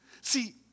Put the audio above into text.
See